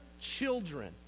children